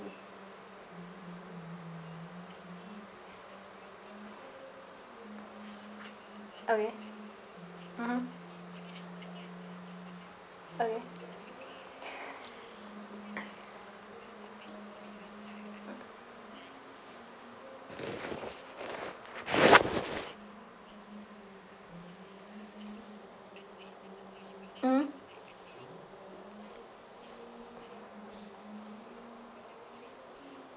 okay mmhmm okay mmhmm